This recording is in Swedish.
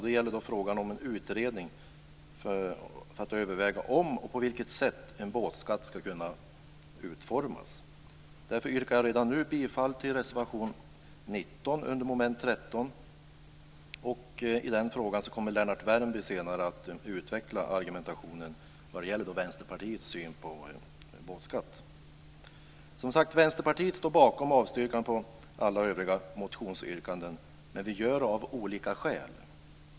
Det gäller frågan om en utredning för att överväga om och på vilket sätt en båtskatt ska kunna utformas. Därför yrkar jag redan nu bifall till reservation 19 under mom. 13. Lennart Värmby kommer senare att utveckla argumentationen vad gäller Vänsterpartiets syn på båtskatt. Vänsterpartiet står som sagt bakom avstyrkandena på alla övriga motionsyrkanden, men vi gör det av olika skäl.